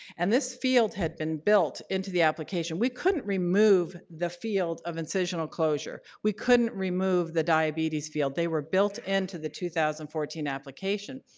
and this field had been built into the application. we couldn't remove the field of incisional closure. we couldn't remove the diabetes field. they were built into the two thousand and fourteen application.